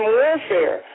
warfare